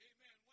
Amen